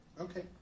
Okay